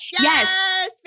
Yes